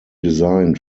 designed